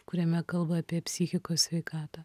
kuriame kalba apie psichikos sveikatą